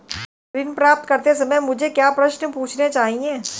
ऋण प्राप्त करते समय मुझे क्या प्रश्न पूछने चाहिए?